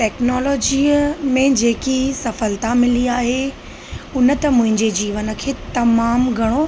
टेक्नोलोजीअ में जेकी सफलता मिली आहे उन त मुंहिंजे जीवन खे तमामु घणो